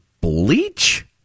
bleach